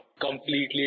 completely